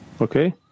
Okay